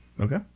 Okay